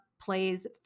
plays